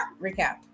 Recap